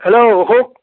hello Ashok